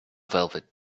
velvet